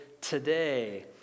today